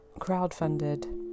crowdfunded